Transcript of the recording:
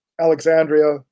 Alexandria